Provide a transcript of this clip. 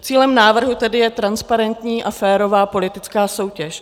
Cílem návrhu tedy je transparentní a férová politická soutěž.